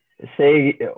say